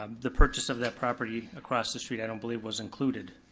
um the purchase of that property across the street i don't believe was included